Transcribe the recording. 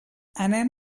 anem